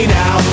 now